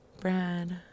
Brad